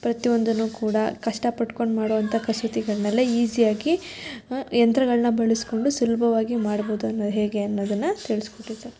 ಪ್ರತಿಯೊಂದನ್ನೂ ಕೂಡ ಕಷ್ಟಪಟ್ಕೊಂಡು ಮಾಡುವಂಥ ಕಸೂತಿಗಳನ್ನೆಲ್ಲ ಈಝಿಯಾಗಿ ಹಾಂ ಯಂತ್ರಗಳನ್ನ ಬಳಸ್ಕೊಂಡು ಸುಲಭವಾಗಿ ಮಾಡ್ಬೋದು ಅನ್ನೋದ್ ಹೇಗೆ ಅನ್ನೋದನ್ನು ತಿಳ್ಸ್ಕೊಟ್ಟಿದ್ದಾರೆ